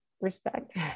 respect